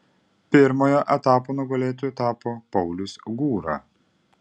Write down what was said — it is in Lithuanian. pirmojo etapo nugalėtoju tapo paulius gūra